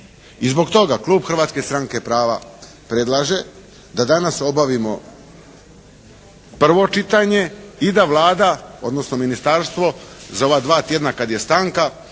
I zbog toga Klub Hrvatske stranke prava predlaže da danas obavimo prvo čitanje i da Vlada, odnosno ministarstvo za ova dva tjedna kad je stanka